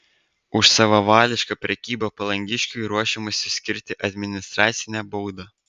už savavališką prekybą palangiškiui ruošiamasi skirti administracinę baudą